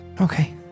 Okay